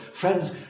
Friends